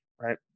right